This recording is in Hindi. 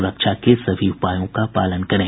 सुरक्षा के सभी उपायों का पालन करें